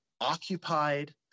occupied